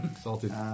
Salted